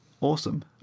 Awesome